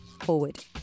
forward